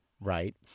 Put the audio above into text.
right